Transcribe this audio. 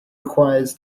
requires